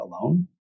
alone